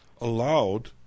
allowed